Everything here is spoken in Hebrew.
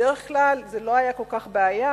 בדרך כלל זה לא היה כל כך בעיה,